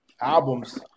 albums